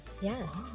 Yes